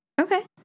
Okay